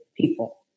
people